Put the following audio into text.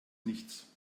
nichts